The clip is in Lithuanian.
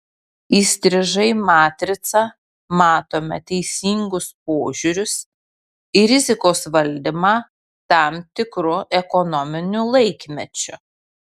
įstrižai matricą matome teisingus požiūrius į rizikos valdymą tam tikru ekonominiu laikmečiu